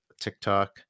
tiktok